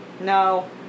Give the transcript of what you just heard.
No